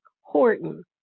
Horton